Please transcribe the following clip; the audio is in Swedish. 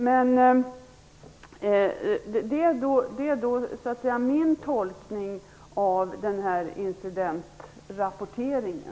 Men det är min tolkning av incidentrapporteringen.